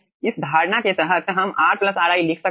इस धारणा के तहत हम r ri लिख सकते हैं